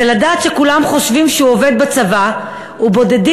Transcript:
זה לדעת שכולם חושבים שהוא עובד בצבא ובודדים